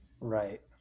right